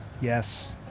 Yes